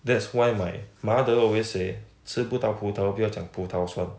that's why my mother always say 吃不到葡萄不要讲葡萄酸